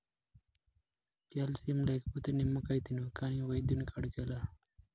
calcium లేకపోతే నిమ్మకాయ తిను కాని వైద్యుని కాడికేలా